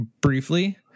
briefly